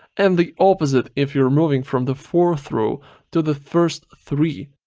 and the opposite if you're moving from the fourth row to the first three.